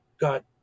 got